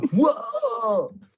Whoa